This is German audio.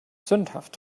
sündhaft